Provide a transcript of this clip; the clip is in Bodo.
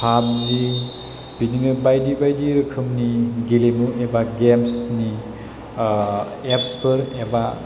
फाबजि बिदिनो बायदि बायदि रोखोमनि गेलेमु एबा गेमसनि एफसफोर एबा